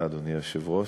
אדוני היושב-ראש,